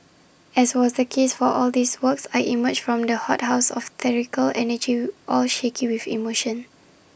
as was the case for all these works I emerged from the hothouse of theatrical energy all shaky with emotion